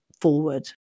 forward